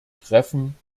treffen